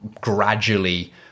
gradually